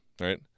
right